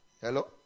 Hello